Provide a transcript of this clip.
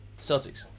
Celtics